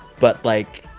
but, like,